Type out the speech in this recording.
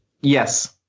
Yes